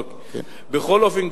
בכל אופן,